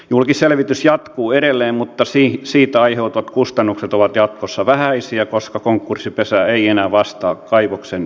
julkisselvitys jatkuu edelleen mutta siitä aiheutuvat kustannukset ovat jatkossa vähäisiä koska konkurssipesä ei enää vastaa kaivoksen ylläpidosta